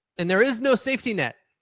and there is no safety net.